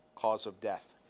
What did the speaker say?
cause of death.